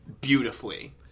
beautifully